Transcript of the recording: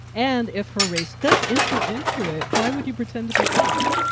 and if her race does enter into it, why would you pretend to be black?